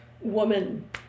woman